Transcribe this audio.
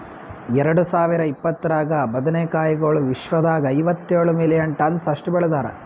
ಎರಡು ಸಾವಿರ ಇಪ್ಪತ್ತರಾಗ ಬದನೆ ಕಾಯಿಗೊಳ್ ವಿಶ್ವದಾಗ್ ಐವತ್ತೇಳು ಮಿಲಿಯನ್ ಟನ್ಸ್ ಅಷ್ಟು ಬೆಳದಾರ್